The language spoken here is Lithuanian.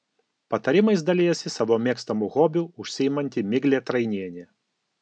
patarimais dalijasi savo mėgstamu hobiu užsiimanti miglė trainienė